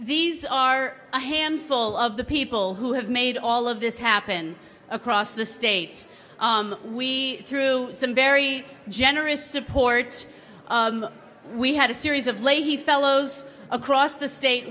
these are a handful of the people who have made all of this happen across the state we through some very generous support we had a series of leahy fellows across the state